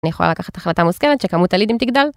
אני יכולה לקחת החלטה מושכלת שכמות הלידים תגדל.